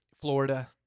Florida